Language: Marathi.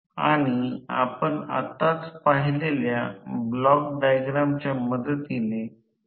तर आता z साठी रोटर सर्किट प्रतिरोध Z2 r2 jX2 असेल स्लिप १ असताना